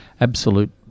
absolute